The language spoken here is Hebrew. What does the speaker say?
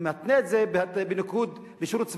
שמתנה את זה בשירות צבאי.